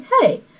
hey